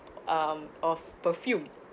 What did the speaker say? um of perfume